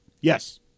yes